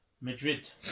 Madrid